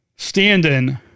standing